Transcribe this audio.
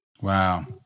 Wow